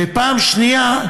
ופעם שנייה,